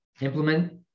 implement